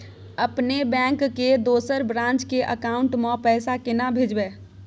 अपने बैंक के दोसर ब्रांच के अकाउंट म पैसा केना भेजबै?